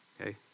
okay